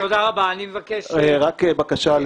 בקשה.